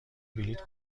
بلیط